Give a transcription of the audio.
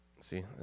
See